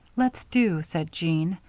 let's do, said jean.